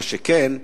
מה שכן,